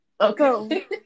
Okay